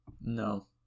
No